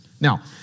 Now